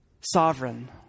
sovereign